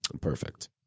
Perfect